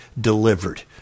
delivered